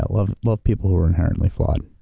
but love love people who are inherently flawed.